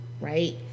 right